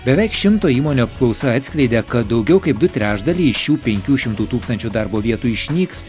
beveik šimto įmonių apklausa atskleidė kad daugiau kaip du trečdaliai iš šių penkių šimtų tūkstančių darbo vietų išnyks